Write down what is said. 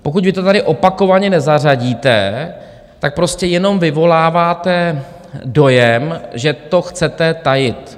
Pokud vy to tady opakovaně nezařadíte, tak prostě jenom vyvoláváte dojem, že to chcete tajit.